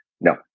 No